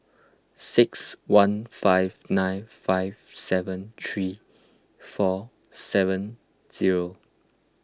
six one five nine five seven three four seven zero